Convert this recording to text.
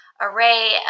array